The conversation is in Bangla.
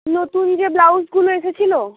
নতুন যে ব্লাউজগুলো এসেছিলো